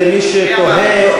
למי שתוהה,